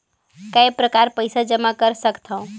काय प्रकार पईसा जमा कर सकथव?